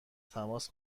تماس